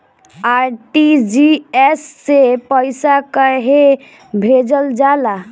RTGS से पइसा कहे भेजल जाला?